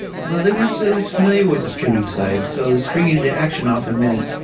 well, they weren't so as familiar with the streaming side. so spring into action often meant,